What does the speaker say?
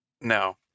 No